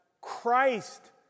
Christ